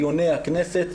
דיוני הכנסת,